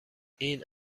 این